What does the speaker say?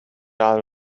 out